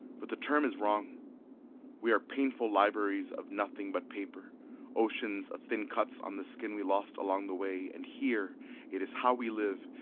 but the term is wrong we are painful libraries of nothing but paper oceans of thin cuts on the skin we lost along the way and here it is how we live,